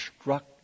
struck